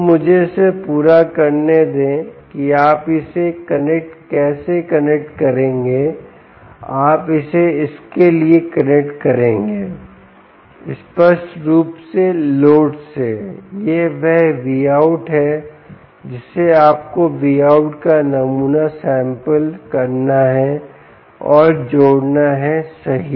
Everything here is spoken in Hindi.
तो मुझे इसे पूरा करने दें कि आप इसे कैसे कनेक्ट करेंगे आप इसे इसके लिए कनेक्ट करेंगे स्पष्ट रूप से लोड से यह वह Vout है जिसे आपको Vout का नमूना सैंपल करना है और जोड़ना है सही